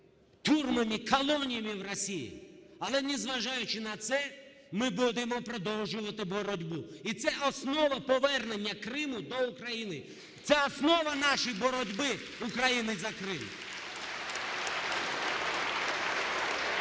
тюрмами, колоніями в Росії. Але, не зважаючи на це, ми будемо продовжувати боротьбу. І це основа повернення Криму до України. Це основа нашої боротьби, України, за Крим!